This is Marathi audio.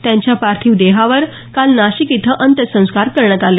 त्यांच्या पार्थिव देहावर काल नाशिक इथं अत्यसंस्कार करण्यात आले